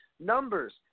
Numbers